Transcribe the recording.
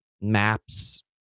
maps